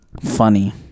funny